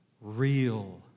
real